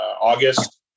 August